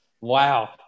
wow